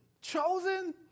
Chosen